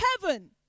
heaven